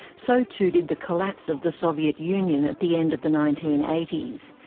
so too did the collapse of the soviet union at the end of the nineteen eighty s.